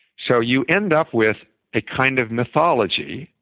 so you end up with a kind of mythology,